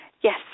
Yes